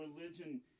religion